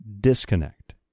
disconnect